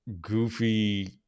goofy